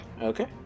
okay